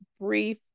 brief